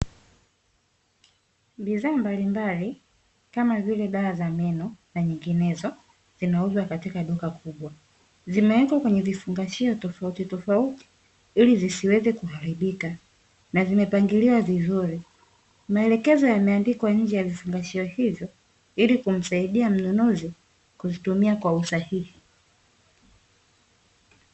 Bidhaa mbalimbali kama vile dawa za meno na nyinginezo zinauzwa katika duka kubwa, zimewekwa kwenye vifungashio tofauti tofauti ili zisiweze kuharibika na zimepangiliwa vizuri, maelekezo yameandikwa nje ya vifungashio hivyo ili kumsaidia mnunuzi kuzitumia kwa usahihi.